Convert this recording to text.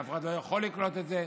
אף אחד לא יכול לקלוט את זה.